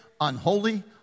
unholy